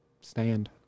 stand